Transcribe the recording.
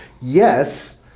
yes